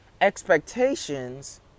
Expectations